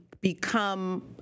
become